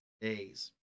days